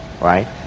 right